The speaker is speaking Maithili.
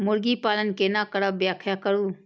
मुर्गी पालन केना करब व्याख्या करु?